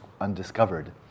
undiscovered